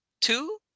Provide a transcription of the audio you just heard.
two